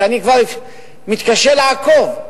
אני כבר מתקשה לעקוב.